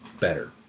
Better